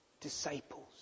disciples